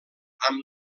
amb